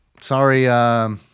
Sorry